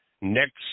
Next